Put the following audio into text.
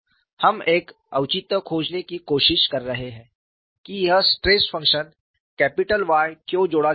हम एक औचित्य खोजने की कोशिश कर रहे हैं कि यह स्ट्रेस फंक्शन कैपिटल Y क्यों जोड़ा जाता है